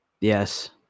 Yes